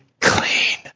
clean